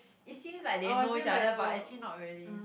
it seems like they know each other but actually not really